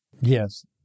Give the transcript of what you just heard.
yes